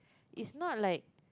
it's not like